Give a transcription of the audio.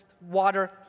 water